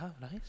nice